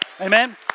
Amen